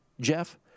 Jeff